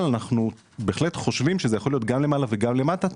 אבל אנחנו בהחלט חושבים שזה יכול להיות גם למעלה וגם למטה,